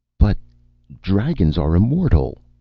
but dragons are immortal!